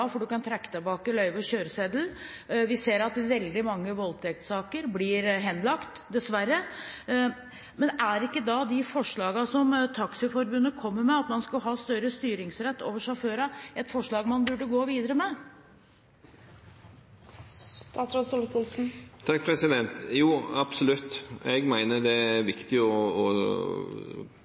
for å kunne trekke tilbake løyve og kjøreseddel. Vi ser at veldig mange voldtektssaker blir henlagt – dessverre. Men er ikke de forslagene som Taxiforbundet kommer med, det at man skal ha større styringsrett over sjåførene, et forslag man burde gå videre med? Jo, absolutt, jeg mener det er